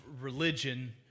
religion